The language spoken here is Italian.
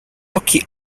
occhi